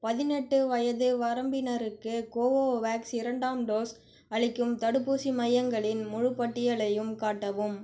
பதினெட்டு வயது வரம்பினருக்கு கோவோவேக்ஸ் இரண்டாம் டோஸ் அளிக்கும் தடுப்பூசி மையங்களின் முழுப் பட்டியலையும் காட்டவும்